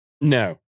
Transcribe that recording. No